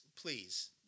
Please